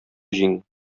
җиң